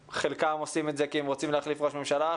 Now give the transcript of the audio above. חלקם עושים את זה כי הם רוצים להחליף ראש ממשלה,